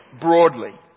broadly